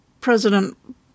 President